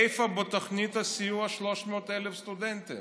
איפה בתוכנית הסיוע 300,000 סטודנטים?